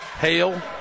Hale